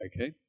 Okay